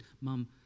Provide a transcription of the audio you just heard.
Mum